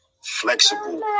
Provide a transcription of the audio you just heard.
flexible